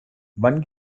wann